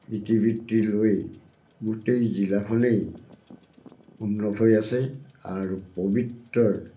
ইতিবৃত্তি লৈ গোটেই জিলাখনেই উন্নত হৈ আছে আৰু পৱিত্ৰৰ